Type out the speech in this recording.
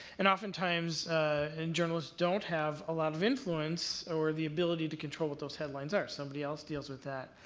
and oftentimes and journalists don't have a lot of influence or the ability to control what those headlines are. somebody else deals with that.